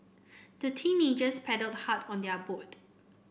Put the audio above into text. the teenagers paddled hard on their boat